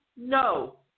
No